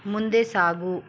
ಮುಂದೆ ಸಾಗು